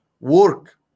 work